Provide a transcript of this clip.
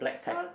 so